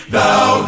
Thou